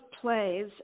plays